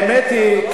האמת היא,